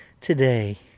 today